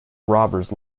robbers